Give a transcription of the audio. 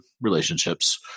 relationships